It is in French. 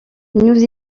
nous